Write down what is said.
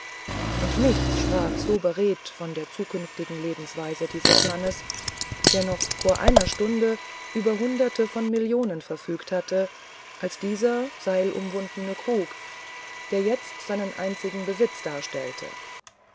und nichts sprach so beredt von der zukünftigen lebensweise dieses mannes der noch vor einer stunde über hunderte von millionen verfügt hatte als dieser seilumwundene krug der jetzt seinen einzigen besitz darstellte